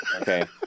Okay